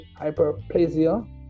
hyperplasia